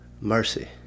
Mercy